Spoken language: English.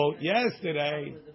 yesterday